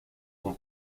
sont